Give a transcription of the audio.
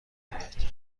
آید